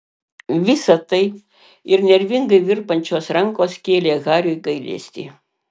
visa tai ir nervingai virpančios rankos kėlė hariui gailestį